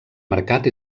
mercat